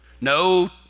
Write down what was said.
No